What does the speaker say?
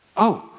oh,